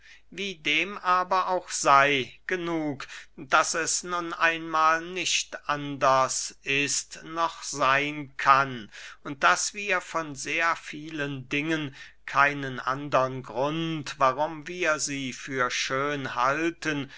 wie dem aber auch sey genug daß es nun einmahl nicht anders ist noch seyn kann und daß wir von sehr vielen dingen keinen andern grund warum wir sie für schön halten